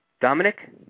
Dominic